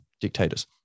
dictators